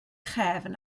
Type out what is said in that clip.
chefn